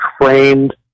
framed